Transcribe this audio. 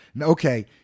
Okay